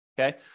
okay